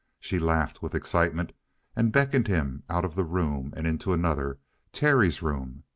she laughed with excitement and beckoned him out of the room and into another terry's room,